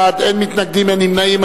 22 בעד, אין מתנגדים, אין נמנעים.